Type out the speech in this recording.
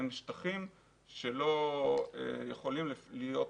שטחים שלא יכולים לקבל בוצה.